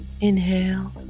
Inhale